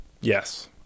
Yes